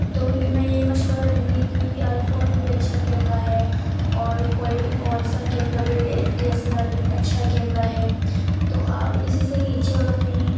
تو میں یہ مشورہ دوں گی کہ آئی فون بھی اچّھا کیمرہ ہے اور کوئی اور سا کیمرہ بھی D D S L R بھی اچھا کیمرہ ہے تو آپ اسی سے کھینچیں اور اپنی